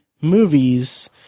movies